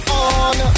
on